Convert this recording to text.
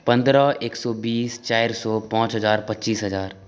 पन्द्रह एक सए बीस चारि सए पाँच हजार पच्चीस हजार